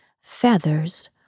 feathers